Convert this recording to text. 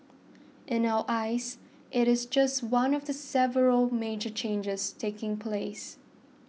in our eyes it is just one of the several major changes taking place